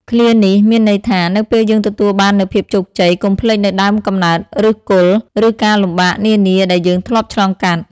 ឃ្លានេះមានន័យថា នៅពេលយើងទទួលបាននូវភាពជោគជ័យ កុំភ្លេចនូវដើមកំណើត ឫសគល់ ឬការលំបាកនានាដែលយើងធ្លាប់ឆ្លងកាត់។